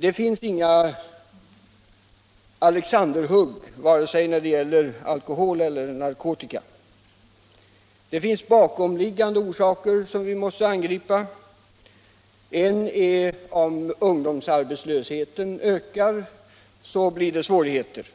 Det finns inga Alexanderhugg vare sig när det gäller alkohol eller narkotika. Det finns bakomliggande orsaker som vi måste angripa. En är om ungdomsarbetslösheten ökar; då blir det svårigheter.